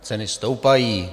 Ceny stoupají.